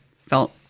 felt